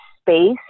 space